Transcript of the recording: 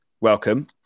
welcome